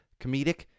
comedic